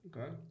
Okay